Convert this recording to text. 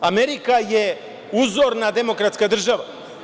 Amerika je uzorna demokratska država.